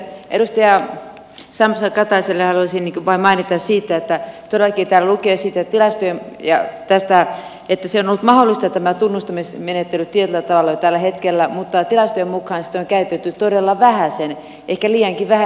edustaja sampsa katajalle haluaisin vain mainita siitä että todellakin täällä lukee siten että tämä tunnustamismenettely on ollut mahdollista tietyllä tavalla jo tällä hetkellä mutta tilastojen mukaan sitä on käytetty todella vähäsen ehkä liiankin vähän